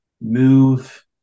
move